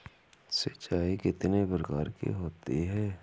सिंचाई कितनी प्रकार की होती हैं?